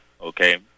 okay